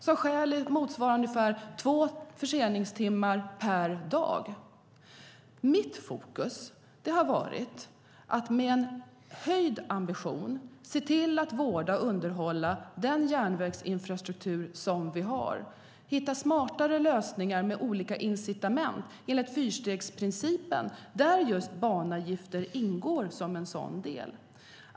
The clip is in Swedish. Det stjäl motsvarande ungefär två förseningstimmar per dag. Mitt fokus har varit att med en höjd ambition se till att vårda och underhålla den järnvägsinfrastruktur som vi har, hitta smartare lösningar med olika incitament enligt fyrstegsprincipen, där just banavgifter ingår som en del.